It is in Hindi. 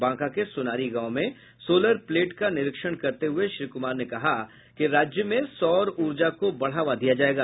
बांका के सोनारी गांव में सोलर प्लेट का निरीक्षण करते हुए श्री कुमार ने कहा कि राज्य में सौर ऊर्जा को बढ़ावा दिया जायेगा